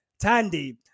Tandy